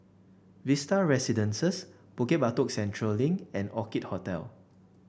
Vista Residences Bukit Batok Central Link and Orchid Hotel